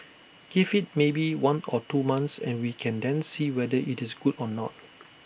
give IT maybe one or two months and we can then see whether IT is good or not